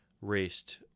raced